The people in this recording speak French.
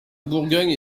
bourgogne